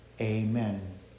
Amen